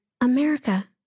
America